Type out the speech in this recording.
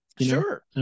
sure